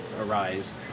arise